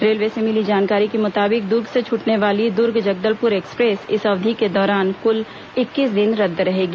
railway से मिली जानकारी के मुताबिक दर्ग से छूटने वाली दर्ग जगदलपुर एक्सप्रेस इस अवधि के दौरान कुल इक्कीस दिन रद्द रहेगी